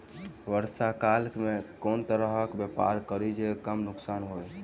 वर्षा काल मे केँ तरहक व्यापार करि जे कम नुकसान होइ?